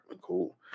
cool